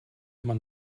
immer